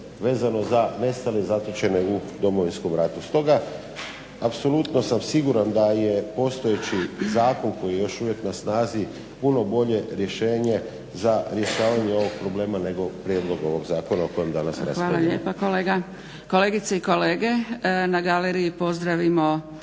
vezano za nestale i zatočene u Domovinskom ratu. Stoga apsolutno sam siguran da je postojeći zakon koji je još uvijek na snazi puno bolje rješenje za rješavanje ovog problema nego prijedlog ovog zakona o kojem danas raspravljamo. **Zgrebec, Dragica (SDP)** Hvala lijepa kolega. Kolegice i kolega na galeriji pozdravimo